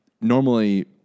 normally